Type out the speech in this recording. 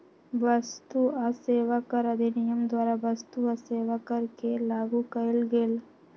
वस्तु आ सेवा कर अधिनियम द्वारा वस्तु आ सेवा कर के लागू कएल गेल